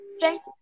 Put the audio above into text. thanks